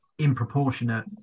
improportionate